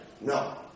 no